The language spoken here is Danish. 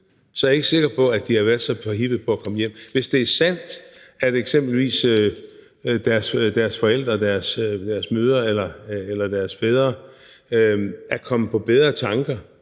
er jeg ikke sikker på, at de havde været så forhippet på at komme hjem. Skulle det være sandt, at eksempelvis deres forældre, deres mødre eller deres fædre, er kommet på bedre tanker;